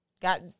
got